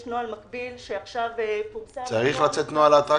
יש נוהל מקביל שעכשיו פורסם -- צריך לצאת נוהל לאטרקציות?